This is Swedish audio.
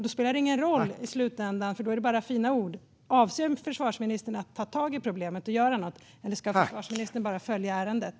Då spelar det ingen roll i slutänden. Då är det bara fina ord. Avser försvarsministern att ta tag i problemet och göra något? Eller ska försvarsministern bara följa ärendet?